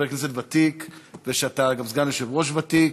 כנסת ותיק ושאתה גם סגן יושב-ראש ותיק,